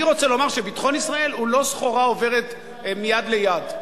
אני רוצה לומר שביטחון ישראל הוא לא סחורה עוברת מיד ליד.